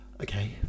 okay